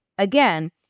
Again